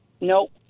Nope